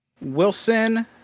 Wilson